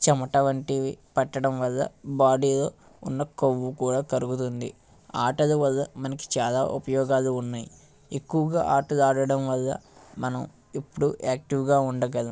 చెమట వంటివి పట్టడంవల్ల బాడీలో ఉన్న కొవ్వు కూడా కరుగుతుంది ఆటలవల్ల మనకు చాలా ఉపయోగాలు ఉన్నాయి ఎక్కువగా ఆటలు ఆడటంవల్ల మనం ఎప్పుడు యాక్టీవ్గా ఉండగలం